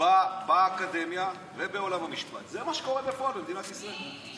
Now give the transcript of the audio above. זה מהסממנים של השמאל במדינת ישראל,